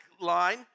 line